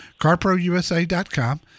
carprousa.com